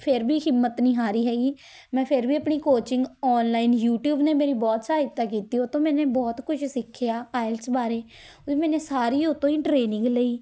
ਫਿਰ ਵੀ ਹਿੰਮਤ ਨਹੀਂ ਹਾਰੀ ਹੈਗੀ ਮੈਂ ਫਿਰ ਵੀ ਆਪਣੀ ਕੋਚਿੰਗ ਓਨਲਾਈਨ ਯੂਟੀਊਬ ਨੇ ਮੇਰੀ ਬਹੁਤ ਸਹਾਇਤਾ ਕੀਤੀ ਉਤੋਂ ਮੈਨੇ ਬਹੁਤ ਕੁਝ ਸਿੱਖਿਆ ਆਈਲੈਟਸ ਬਾਰੇ ਬੀ ਮੈਨੇ ਸਾਰੀ ਉਹ ਤੋਂ ਹੀ ਟਰੇਨਿੰਗ ਲਈ